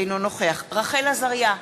אינו נוכח רחל עזריה,